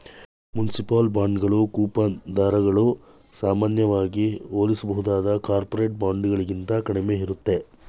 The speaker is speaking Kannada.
ಮುನ್ಸಿಪಲ್ ಬಾಂಡ್ಗಳು ಕೂಪನ್ ದರಗಳು ಸಾಮಾನ್ಯವಾಗಿ ಹೋಲಿಸಬಹುದಾದ ಕಾರ್ಪೊರೇಟರ್ ಬಾಂಡ್ಗಳಿಗಿಂತ ಕಡಿಮೆ ಇರುತ್ತೆ